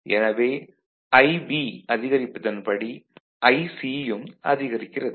எனவே IB அதிகரிப்பதன் படி IC யும் அதிகரிக்கிறது